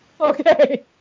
Okay